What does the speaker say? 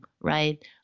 right